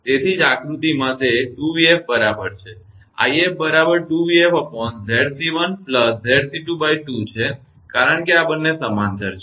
તેથી જ આ આકૃતિમાં તે 2𝑣𝑓 બરાબર છે 𝑖𝑓 બરાબર 2𝑣𝑓𝑍𝑐1𝑍𝑐22 છે કારણ કે આ બંને સમાંતર છે